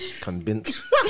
Convince